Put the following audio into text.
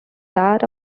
that